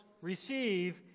receive